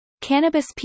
cannabis